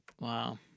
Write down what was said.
Wow